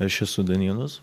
aš esu danielius